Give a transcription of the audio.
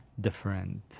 different